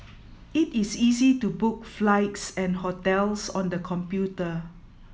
it is easy to book flights and hotels on the computer